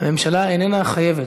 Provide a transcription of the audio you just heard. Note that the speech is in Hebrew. הממשלה איננה חייבת.